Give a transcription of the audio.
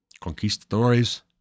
Conquistadores